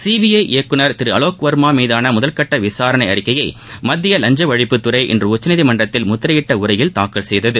CBI இயக்குநர் திரு அலோக் வர்மா மீதான முதல்கட்ட விசாரணை அறிக்கையை மத்திய லஞ்ச ஒழிப்புத்துறை இன்று உச்சநீதிமன்றத்தில் முத்திரையிட்ட உரையில் தாக்கல் செய்ததது